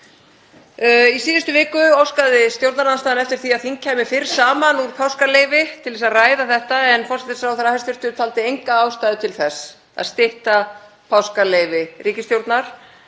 Í síðustu viku óskaði stjórnarandstaðan eftir því að þing kæmi fyrr saman úr páskaleyfi til að ræða þetta en hæstv. forsætisráðherra taldi enga ástæðu til þess að stytta páskaleyfi ríkisstjórnar